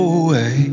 away